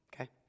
Okay